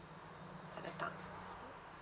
mother tongue